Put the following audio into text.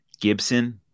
Gibson